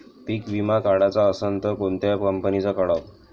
पीक विमा काढाचा असन त कोनत्या कंपनीचा काढाव?